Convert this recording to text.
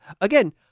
Again